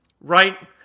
right